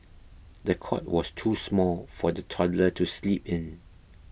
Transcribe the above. the cot was too small for the toddler to sleep in